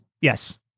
Yes